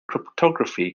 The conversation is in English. cryptography